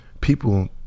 people